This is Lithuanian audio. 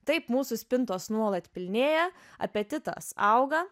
taip mūsų spintos nuolat pilnėja apetitas auga